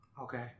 Okay